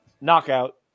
knockout